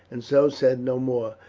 and so said no more,